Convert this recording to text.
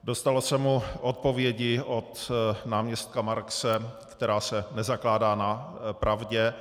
Dostalo se mu odpovědi od náměstka Markse, která se nezakládá na pravdě.